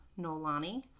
Nolani